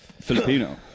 Filipino